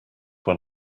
when